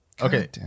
Okay